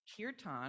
Kirtan